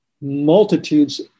multitudes